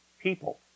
people